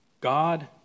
God